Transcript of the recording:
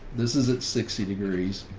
this is at sixty degrees.